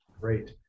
Great